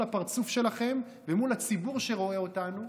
הפרצוף שלכם ומול הציבור שרואה אותנו,